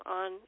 on